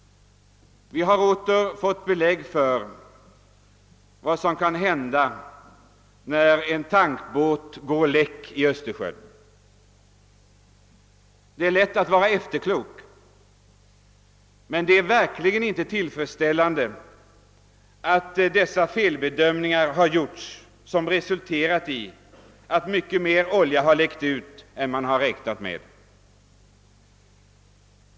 Vi har åter fått belägg för vad som kan hända när en tankbåt springer läck i Östersjön. Det är lätt att vara efterklok, men det är verkligen inte tillfredsställande att felbedömningar har gjorts och att mycket mer olja läcker ut än man har räknat med.